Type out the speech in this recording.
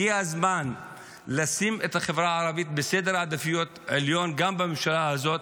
הגיע הזמן לשים את החברה הערבית בעדיפות עליונה גם בממשלה הזאת.